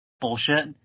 bullshit